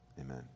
Amen